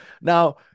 Now